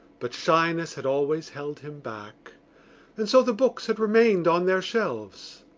but shyness had always held him back and so the books had remained on their shelves.